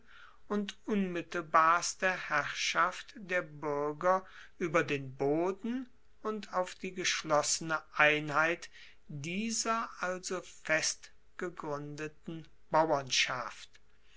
und unmittelbarste herrschaft der buerger ueber den boden und auf die geschlossene einheit dieser also festgegruendeten bauernschaft